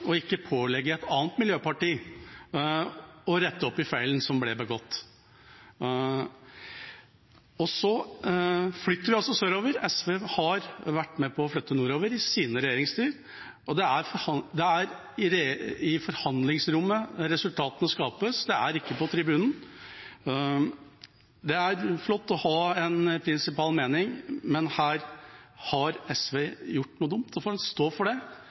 ikke pålegge et annet miljøparti å rette opp i feilen som ble begått. Så flytter vi altså sørover. SV har vært med på å flytte nordover i sin regjeringstid. Det er i forhandlingsrommet resultatene skapes, det er ikke på tribunen. Det er flott å ha en prinsipal mening, men her har SV gjort noe dumt. Da får en stå for det,